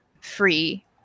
free